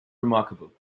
remarkable